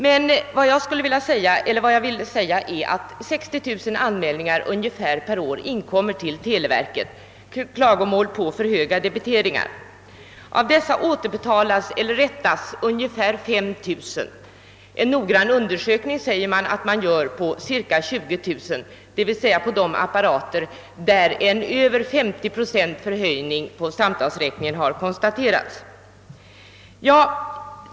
Ungefär 60 000 anmälningar per år med klagomål över för höga debiteringar inkommer emellertid till televerket, och av dessa återbetalas eller rättas ungefär 5 000. En noggrann undersökning företas enligt uppgift på cirka 20000, d.v.s. på de apparater där en förhöjning av samtalsräkningen på över 50 procent konstaterats.